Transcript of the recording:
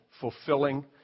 fulfilling